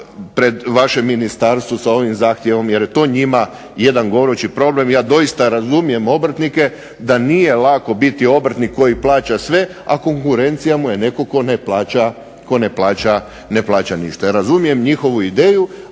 pred vaše ministarstvo sa ovim zahtjevom. Jer je to njima jedan gorući problem. Ja doista razumijem obrtnike da nije lako biti obrtnik koji plaća sve, a konkurencija mu je netko tko ne plaća ništa. Razumijem njihovu ideju,